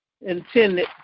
intended